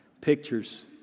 Pictures